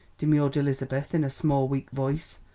demurred elizabeth in a small, weak voice.